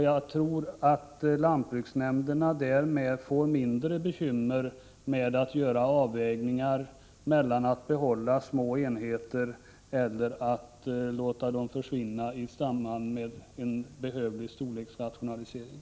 Jag tror att lantbruksnämnderna därmed får mindre bekymmer med att göra avvägningar mellan att behålla små enheter eller att låta dem försvinna i samband med en behövlig storleksrationalisering.